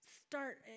start